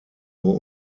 nur